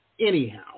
Anyhow